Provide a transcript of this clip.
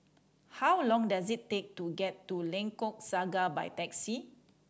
how long does it take to get to Lengkok Saga by taxi